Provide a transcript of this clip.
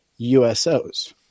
USOs